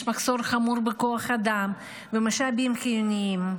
יש מחסור חמור בכוח אדם ובמשאבים חיוניים.